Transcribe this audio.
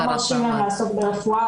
לא מרשים להם לעסוק ברפואה,